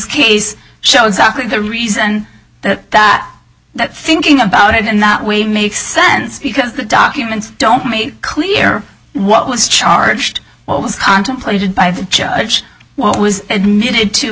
case shows i think the reason that that that thinking about it in that way makes sense because the documents don't make clear what was charged what was contemplated by the judge what was admitted to